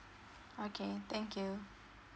okay thank you